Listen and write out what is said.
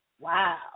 Wow